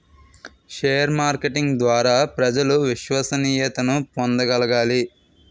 share marketing ద్వారా ప్రజలు విశ్వసనీయతను పొందగలగాలి